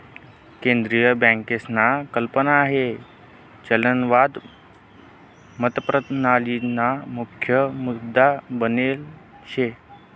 केंद्रीय बँकसना कल्पना हाई चलनवाद मतप्रणालीना मुख्य मुद्दा बनेल शे